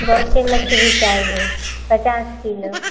बहुत ही मछली चाहिए पचास किलो